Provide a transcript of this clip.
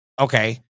okay